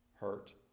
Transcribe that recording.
hurt